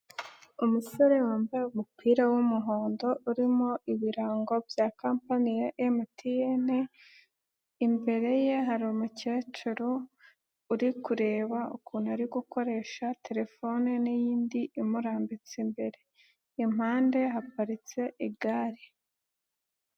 Umusore wambaye umupira w'umuhondo urimo ibirango bya kampani ya MTN, imbere ye hari umukecuru uri kureba ukuntu ari gukoresha telefone n'iyindi imurambitse imbere, impande haparitse igare.